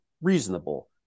reasonable